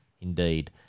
indeed